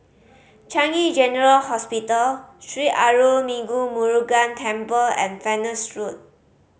Changi General Hospital Sri Arulmigu Murugan Temple and Venus Road